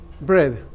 bread